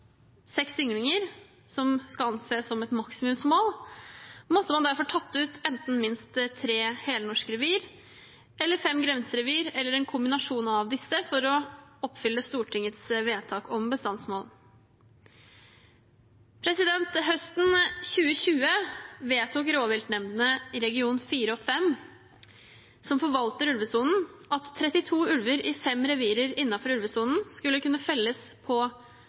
seks ynglinger, som skal anses som et maksimumsmål, måtte man derfor tatt ut enten minst tre helnorske revir, fem grenserevir eller en kombinasjon av disse for å oppfylle Stortingets vedtak om bestandsmål. Høsten 2020 vedtok rovviltnemndene i region 4 og 5, som forvalter ulvesonen, at 32 ulver i fem revir innenfor ulvesonen skulle kunne felles på